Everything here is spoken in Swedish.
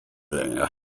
längre